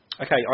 Okay